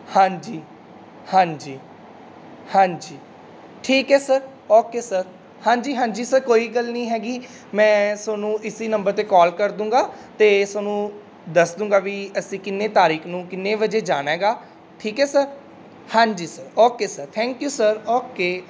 ਹਾਂਜੀ ਹਾਂਜੀ ਹਾਂਜੀ ਠੀਕ ਹੈ ਸਰ ਓਕੇ ਸਰ ਹਾਂਜੀ ਹਾਂਜੀ ਸਰ ਕੋਈ ਗੱਲ ਨਹੀਂ ਹੈਗੀ ਮੈਂ ਤੁਹਾਨੂੰ ਇਸ ਨੰਬਰ 'ਤੇ ਕਾਲ ਕਰ ਦੂੰਗਾ ਅਤੇ ਤੁਹਾਨੂੰ ਦੱਸ ਦੂੰਗਾ ਵੀ ਅਸੀਂ ਕਿੰਨੀ ਤਾਰੀਖ ਨੂੰ ਕਿੰਨੇ ਵਜੇ ਜਾਣਾ ਹੈ ਗਾ ਠੀਕ ਹੈ ਸਰ ਹਾਂਜੀ sir okay sir thank you sir okay